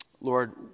Lord